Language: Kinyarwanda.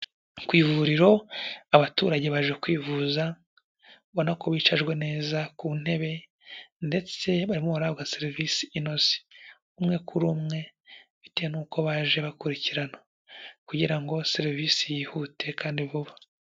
Ku ivuriro abaturage baje kwivuza, ubona ko bicajwe neza ku ntebe ndetse barimo barahabwa serivisi inoze, umwe kuri umwe bitewe n'uko baje bakurikirana kugira ngo serivisi yihute kandi vuba.